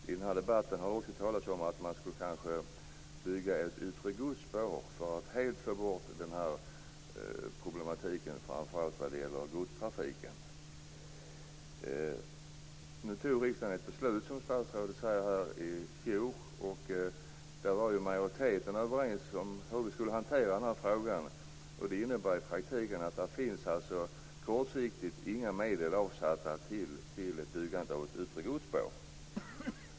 I den här debatten har det också talats om att man kanske skulle bygga ett yttre godsspår för att helt få bort det här problemet framför allt när det gäller godstrafiken. Nu fattade riksdagen ett beslut i fjol, som statsrådet sade. Där var majoriteten överens om hur vi skulle hantera den här frågan. Det innebär i praktiken att det kortsiktigt inte finns några medel avsatta till byggandet av ett yttre godsspår.